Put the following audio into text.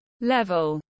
level